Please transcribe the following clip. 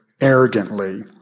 arrogantly